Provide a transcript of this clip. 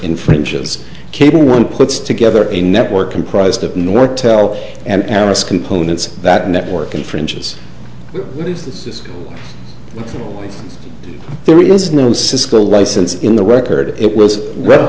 infringes cable one puts together a network comprised of nortel and us components that network infringes is the real snow cisco license in the record it was well